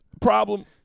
problem